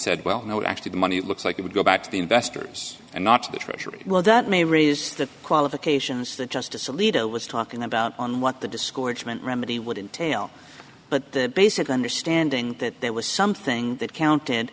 said well no actually the money looks like it would go back to the investors and not to the treasury well that may raise the qualifications that justice alito was talking about on what the discouragement remedy would entail but the basic understanding that there was something that counted